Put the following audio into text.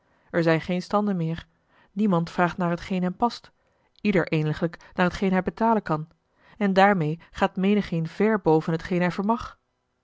er zijn geen standen meer niemand vraagt naar hetgeen hem past ieder eeniglijk naar hetgeen hij betalen kan en daarmeê gaat menigeen ver boven hetgeen hij vermag